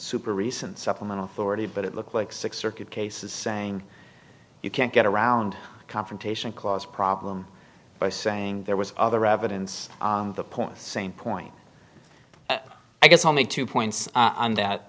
super recent supplement authority but it looked like six circuit cases saying you can't get around confrontation clause problem by saying there was other evidence the point the same point i guess i'll make two points on that